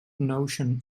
notion